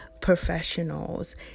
professionals